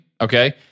Okay